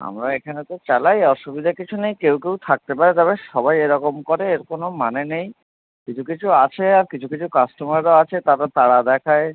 আমরা এখানে তো চালাই অসুবিধা কিছু নেই কেউ কেউ থাকতে পারে দাদা সবাই এরকম করে এর কোনও মানে নেই কিছু কিছু আছে আর কিছু কিছু কাস্টোমাররা আছে তারা তাড়া দেখায়